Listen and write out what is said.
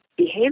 Behave